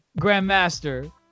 Grandmaster